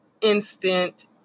instant